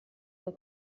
mon